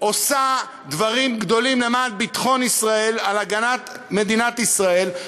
עושה דברים גדולים למען ביטחון ישראל על הגנת מדינת ישראל,